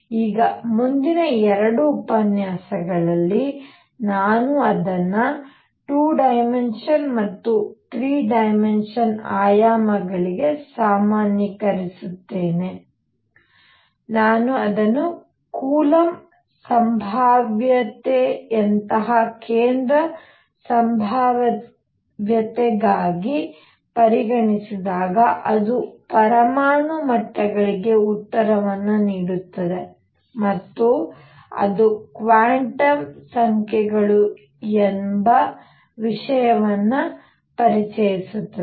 ಈಗ ಮುಂದಿನ ಎರಡು ಉಪನ್ಯಾಸಗಳಲ್ಲಿ ನಾನು ಅದನ್ನು 2D ಮತ್ತು 3D ಆಯಾಮಗಳಿಗೆ ಸಾಮಾನ್ಯೀಕರಿಸುತ್ತೇನೆ ನಾನು ಅದನ್ನು ಕೂಲಂಬ್ ಸಂಭಾವ್ಯತೆಯಂತಹ ಕೇಂದ್ರ ಸಂಭಾವ್ಯತೆಗಾಗಿ ಪರಿಗಣಿಸಿದಾಗ ಅದು ಪರಮಾಣು ಮಟ್ಟಗಳಿಗೆ ಉತ್ತರವನ್ನು ನೀಡುತ್ತದೆ ಮತ್ತು ಅದು ಕ್ವಾಂಟಮ್ ಸಂಖ್ಯೆಗಳು ಎಂಬ ವಿಷಯವನ್ನು ಪರಿಚಯಿಸುತ್ತದೆ